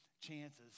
chances